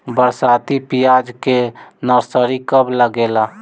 बरसाती प्याज के नर्सरी कब लागेला?